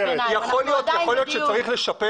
יכול להיות שצריך לשפר